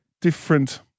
different